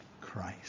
Christ